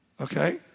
Okay